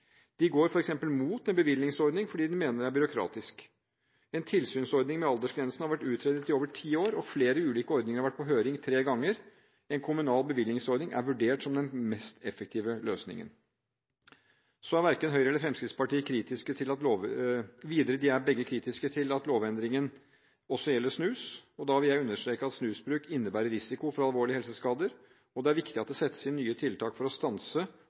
De går f.eks. imot en bevillingsordning fordi de mener den er byråkratisk. En tilsynsordning med aldersgrense har vært utredet i over ti år, og flere ulike ordninger har vært på høring tre ganger. En kommunal bevillingsordning er vurdert som den mest effektive løsningen. Videre er både Høyre og Fremskrittspartiet kritiske til at lovendringen også gjelder snus. Da vil jeg understreke at snusbruk innebærer risiko for alvorlige helseskader, og det er viktig at det settes inn nye tiltak for å stanse